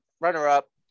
runner-up